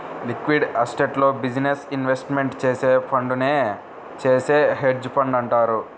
liquid అసెట్స్లో business investment చేసే ఫండునే చేసే హెడ్జ్ ఫండ్ అంటారు